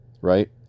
right